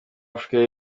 afurika